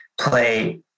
play